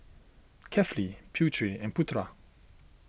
Kefli Putri and Putra